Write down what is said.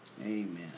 amen